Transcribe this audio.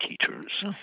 teachers